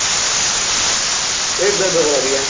اچّھا پیٹ درد وغیرہ بھی ہے